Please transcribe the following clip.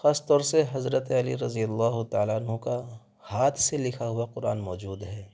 خاص طور سے حضرت علی رضی اللہ تعالیٰ عنہ کا ہاتھ سے لکھا ہوا قرآن موجود ہے